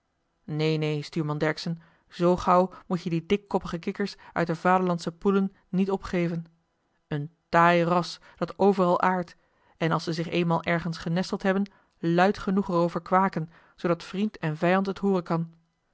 neen neen stuurman dercksen zoo gauw moet-je die dikkoppige kikkers uit de vaderlandsche poelen niet opgeven een taai ras dat overal aardt en als ze zich eenmaal ergens genesteld hebben luid genoeg er over kwaken zoodat vriend en vijand het hooren kan